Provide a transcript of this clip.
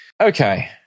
Okay